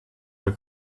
for